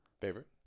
Favorite